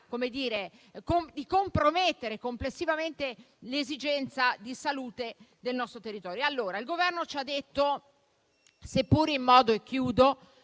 di compromettere complessivamente l'esigenza di salute del nostro territorio. Il Governo ci ha detto, seppur in modo sfumato,